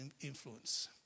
influence